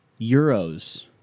Euros